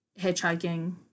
hitchhiking